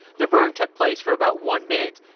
the burn took place for about one minute.